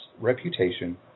reputation